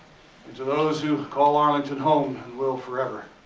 to those who call arlington home, and will forever.